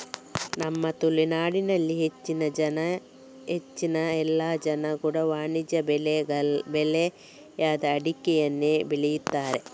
ನಮ್ಮ ತುಳುನಾಡಿನಲ್ಲಿ ಹೆಚ್ಚಿನ ಎಲ್ಲ ಜನ ಕೂಡಾ ವಾಣಿಜ್ಯ ಬೆಳೆ ಆದ ಅಡಿಕೆಯನ್ನ ಬೆಳೀತಾರೆ